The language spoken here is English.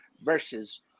versus